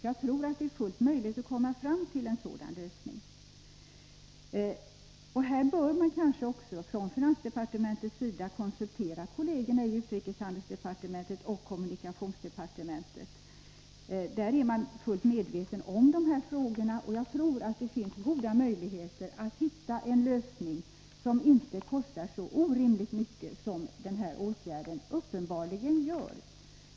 Jag tror att det är fullt möjligt att komma fram till en sådan. Kanske bör man från finansdepartementets sida också konsultera kollegerna i utrikeshandelsdepartementet och kommunikationsdepartementet. Där är man fullt medveten om dessa frågor, och jag tror att det finns goda möjligheter att hitta en lösning som inte kostar så orimligt mycket som denna åtgärd uppenbarligen gör.